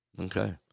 okay